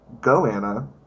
Goanna